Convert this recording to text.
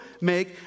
make